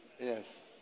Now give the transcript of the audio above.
Yes